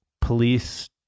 police